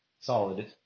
solid